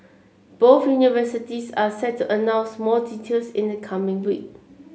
both universities are set to announce more details in the coming week